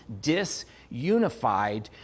disunified